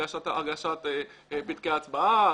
הגשת פתקי הצבעה,